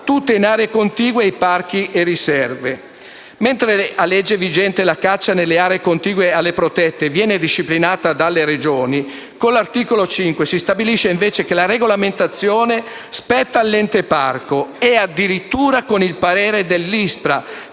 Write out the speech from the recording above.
tutti in aree contigue ai parchi e alle riserve. Mentre a legge vigente la caccia nelle aree contigue alle protette viene disciplinata dalle Regioni, con l'articolo 5 si stabilisce invece che la regolamentazione spetta all'Ente parco, e addirittura con il parere dell'ISPRA